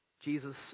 Jesus